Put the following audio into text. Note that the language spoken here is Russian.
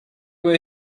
его